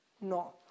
No